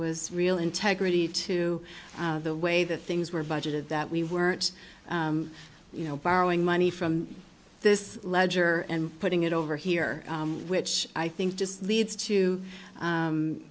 was real integrity to the way that things were budgeted that we weren't you know borrowing money from this ledger and putting it over here which i think just leads to